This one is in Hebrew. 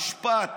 המשפט,